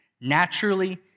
naturally